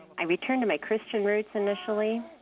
i returned to my christian roots initially,